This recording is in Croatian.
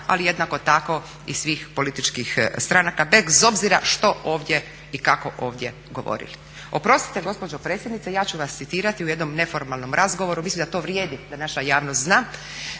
ali jednako tako i svih političkih stranaka bez obzira što ovdje i kako ovdje govorili. Oprostite gospođo predsjednicu ja ću vas citirati u jednom neformalnom razgovoru, mislim da to vrijedi da naša javnost zna,